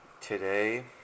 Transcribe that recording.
today